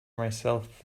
myself